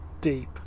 deep